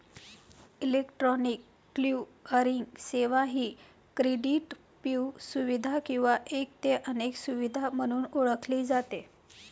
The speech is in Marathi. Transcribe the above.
इलेक्ट्रॉनिक क्लिअरिंग सेवा ही क्रेडिटपू सुविधा किंवा एक ते अनेक सुविधा म्हणून ओळखली जाते